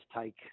take